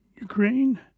Ukraine